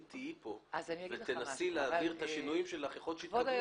אם תהיי פה ותנסי להבהיר את השינויים יכול להיות שהם יתקבלו.